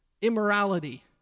immorality